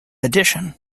addition